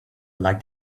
like